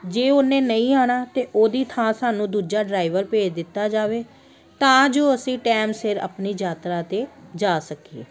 ਜੇ ਉਹਨੇ ਨਹੀਂ ਆਉਣਾ ਤਾਂ ਉਹਦੀ ਥਾਂ ਸਾਨੂੰ ਦੂਜਾ ਡਰਾਈਵਰ ਭੇਜ ਦਿੱਤਾ ਜਾਵੇ ਤਾਂ ਜੋ ਅਸੀਂ ਟਾਈਮ ਸਿਰ ਆਪਣੀ ਯਾਤਰਾ 'ਤੇ ਜਾ ਸਕੀਏ